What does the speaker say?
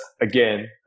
again